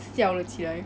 oh ya